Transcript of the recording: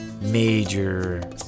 major